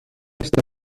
está